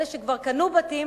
אלה שכבר קנו בתים,